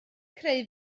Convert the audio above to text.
creu